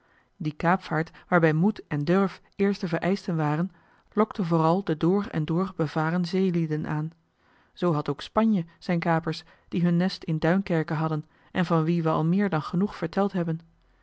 die kaapvaart waarbij moed en durf eerste vereischten waren lokte vooral de door en door bevaren zeelieden aan zoo had ook spanje zijn kapers die hun nest in duinkerken hadden en van wie we al meer dan genoeg verteld hebben